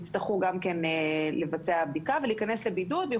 הם יצטרכו גם כן לבצע בדיקה ולהיכנס לבידוד שאת אותו